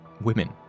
women